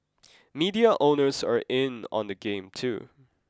depression is a real thing